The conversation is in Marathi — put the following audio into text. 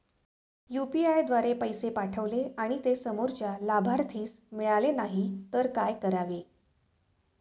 यु.पी.आय द्वारे पैसे पाठवले आणि ते समोरच्या लाभार्थीस मिळाले नाही तर काय करावे?